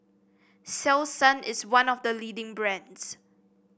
selsun is one of the leading brands